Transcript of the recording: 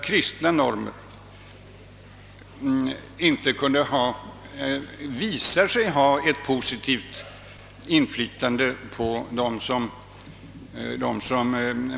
Man kan kanske formulera det på ett annat sätt än jag gjort.